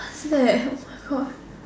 what's that oh my God